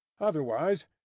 Otherwise